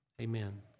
amen